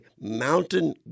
mountain